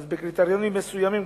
בקריטריונים מסוימים,